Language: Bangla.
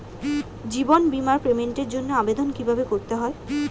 জীবন বীমার পেমেন্টের জন্য আবেদন কিভাবে করতে হয়?